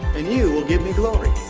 and you will give me glory.